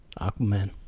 Aquaman